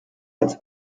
als